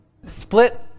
Split